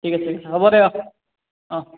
ঠিক আছে ঠিক আছে হ'ব দে অঁ অঁ